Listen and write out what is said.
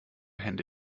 hände